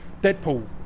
Deadpool